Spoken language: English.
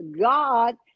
God